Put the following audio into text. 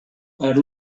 per